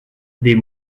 des